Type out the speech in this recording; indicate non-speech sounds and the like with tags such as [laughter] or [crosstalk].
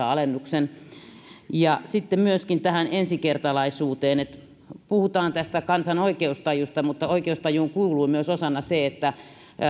[unintelligible] alennuksen ja myöskin ensikertalaisuuteen puhutaan kansan oikeustajusta mutta oikeustajuun kuuluu osana myös se että